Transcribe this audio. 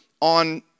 on